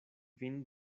vin